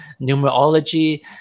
numerology